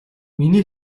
миний